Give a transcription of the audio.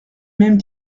mêmes